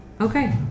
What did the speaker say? okay